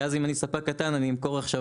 כי אז אם אני ספק קטן אני אמכור עכשיו